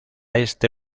este